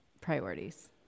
priorities